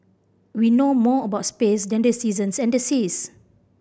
we know more about space than the seasons and the seas